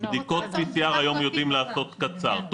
בדיקות PCR היום יודעים לעשות קצר,